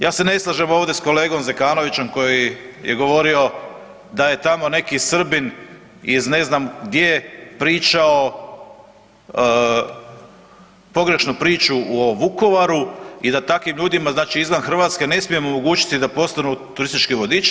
Ja se ne slažem ovdje s kolegom Zekanovićem koji je govorio da je tamo neki Srbin iz ne znam gdje pričao pogrešnu priču o Vukovaru i da takvim ljudima, znači izvan Hrvatske ne smijemo omogućiti da postanu turistički vodiči.